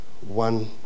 one